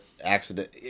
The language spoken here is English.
accident